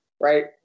right